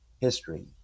history